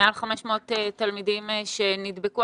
מעל 500 תלמידים שנדבקו,